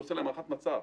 ועושה להם הערכת מצב.